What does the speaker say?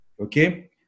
Okay